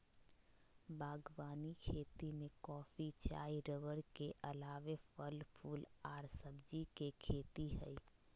बागवानी खेती में कॉफी, चाय रबड़ के अलावे फल, फूल आर सब्जी के खेती हई